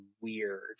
weird